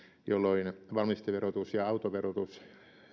jolloin valmisteverotus ja autoverotus